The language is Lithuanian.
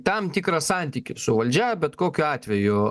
tam tikrą santykį su valdžia bet kokiu atveju